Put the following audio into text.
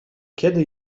kiedy